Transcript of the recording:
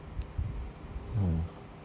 hmm